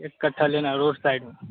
इकट्ठा लेना है रोड साइड में